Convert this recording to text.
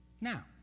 Now